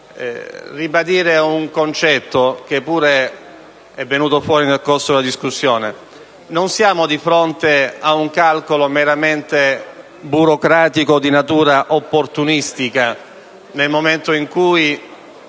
ribadire un concetto, che pure è emerso nel corso della discussione: non siamo di fronte ad un calcolo meramente burocratico di natura opportunistica nel momento in cui